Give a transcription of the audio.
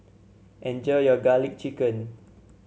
enjoy your garlic chicken